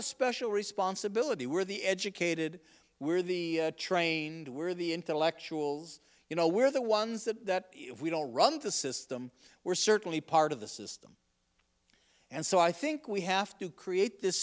a special responsibility where the educated were the trained were the intellectuals you know we're the ones that if we don't run the system we're certainly part of the system and so i think we have to create this